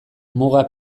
muga